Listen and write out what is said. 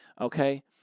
Okay